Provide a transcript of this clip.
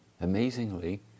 amazingly